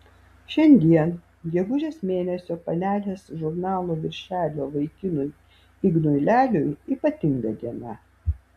šiandien gegužės mėnesio panelės žurnalo viršelio vaikinui ignui leliui ypatinga diena